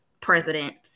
president